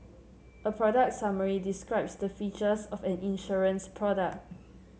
a product summary describes the features of an insurance product